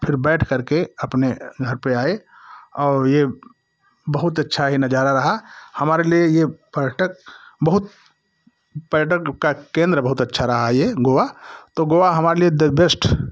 फिर बैठ करके अपने घर पे आए और ये बहुत अच्छा ये नजारा रहा हमारे लिए यह पर्यटक बहुत पर्यटन का केंद्र बहुत अच्छा रहा ये गोवा गोवा हमारे लिए दी बेस्ट